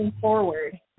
forward